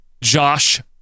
Josh